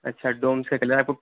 اچھا ڈومس کا کلر کو